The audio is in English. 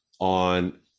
on